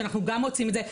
שאנחנו עושים את זה.